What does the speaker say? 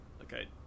Okay